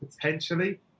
potentially